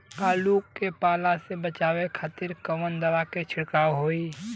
आलू के पाला से बचावे के खातिर कवन दवा के छिड़काव होई?